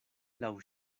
laŭ